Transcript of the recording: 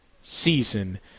season